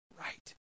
right